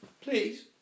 Please